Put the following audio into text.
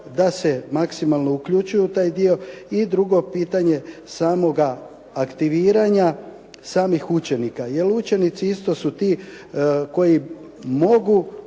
da se maksimalno uključuju u taj dio i drugo pitanje samoga aktiviranja samih učenika, jer učenici isto su ti koji mogu